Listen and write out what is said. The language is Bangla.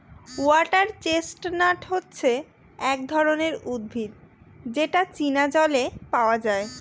ওয়াটার চেস্টনাট হচ্ছে এক ধরনের উদ্ভিদ যেটা চীনা জলে পাওয়া যায়